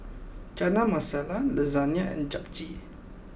Chana Masala Lasagne and Japchae